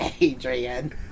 Adrian